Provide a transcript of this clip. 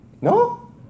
No